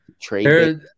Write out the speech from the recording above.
trade